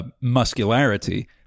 Muscularity